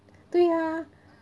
对呀